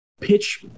pitch